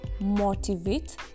motivate